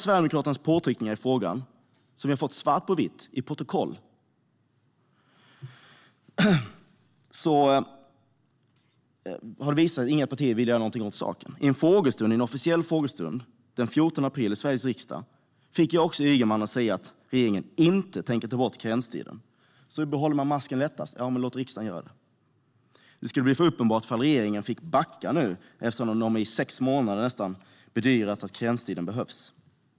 Sverigedemokraterna har tryckt på i frågan, men vi har det svart på vitt i protokoll att övriga partier inte har velat göra något åt saken. Under en officiell frågestund i Sveriges riksdag den 14 april fick jag Ygeman att säga att regeringen inte tänker ta bort karenstiden. Hur behåller man masken lättast? Jo, man låter riksdagen göra det. Det skulle bli för uppenbart om regeringen fick backa efter att i nästan sex månader bedyrat att karenstiden behövs.